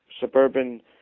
suburban